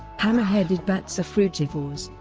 hammer-headed bats are frugivores.